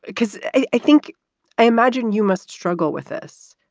because i think i imagine you must struggle with this,